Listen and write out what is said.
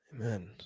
Amen